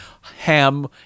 Ham